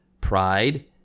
pride